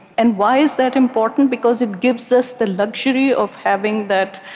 and why is that important? because it gives us the luxury of having that